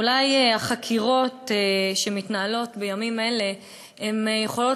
ואולי החקירות שמתנהלות בימים אלה יכולות